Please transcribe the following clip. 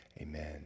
Amen